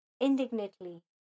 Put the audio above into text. indignantly